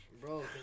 Bro